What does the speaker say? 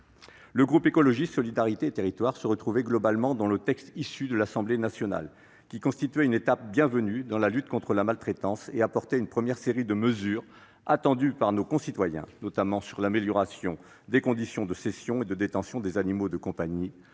Le groupe Écologiste - Solidarité et Territoires s'est globalement satisfait du texte issu de l'Assemblée nationale, qui constituait une étape bienvenue dans la lutte contre la maltraitance et apportait une première série de mesures attendues par nos concitoyens, notamment sur l'amélioration des conditions de cession et de détention des animaux de compagnie,